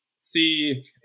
see